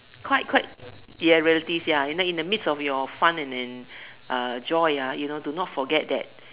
quite quite ya realities ya and then in the midst of your fun and and uh joy ah you know do not forget that